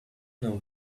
know